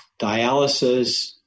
dialysis